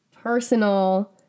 personal